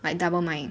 like double mic